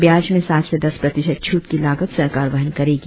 ब्याज में सात से दस प्रतिशत छूट की लागत सरकार वहन करेगी